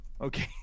okay